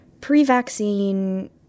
pre-vaccine